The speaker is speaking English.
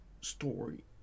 story